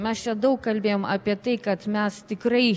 mes čia daug kalbėjom apie tai kad mes tikrai